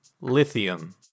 Lithium